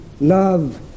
love